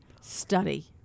study